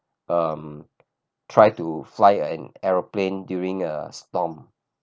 um try to fly an aeroplane during a storm